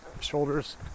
shoulders